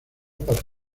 para